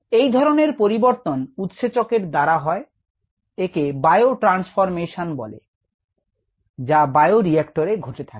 এই ধরনের পরিবর্তন উৎসেচক এর দ্বারা হয় একে বায়োট্রানসফর্মেশন বলে যা বায়ো রিয়্যাক্টরে ঘটে থাকে